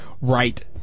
right